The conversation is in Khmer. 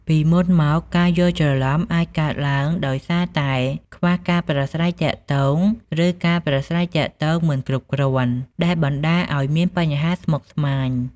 ពីមុន ការយល់ច្រឡំអាចកើតឡើងដោយសារតែខ្វះការប្រាស្រ័យទាក់ទង ឬការប្រាស្រ័យទាក់ទងមិនគ្រប់គ្រាន់ ដែលបណ្ដាលឲ្យមានបញ្ហាស្មុគស្មាញ។